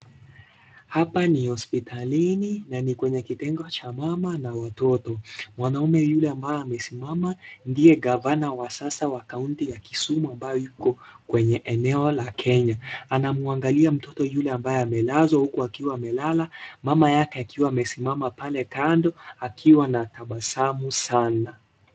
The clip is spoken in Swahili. Hapa ni hospitalini na ni kwenye kitengo cha mama na watoto. Mwanaume yule ambaye amesimama, ndiye gavana wa sasa wa kaunti ya Kisumu, ambayo iko kwenye eneo la Kenya. Anamwangalia mtoto yule ambaye amelazwa huku akiwa amelala, mama yake akiwa amesimama pale kando, akiwa anatabasamu sana.